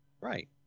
Right